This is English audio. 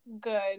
good